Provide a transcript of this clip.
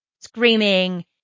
screaming